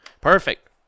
Perfect